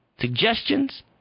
suggestions